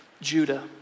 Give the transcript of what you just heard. Judah